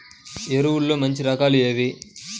ఎరువుల్లో మంచి రకాలు ఏవి?